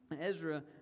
Ezra